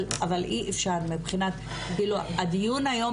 אבל אי אפשר מבחינת הדיון היום,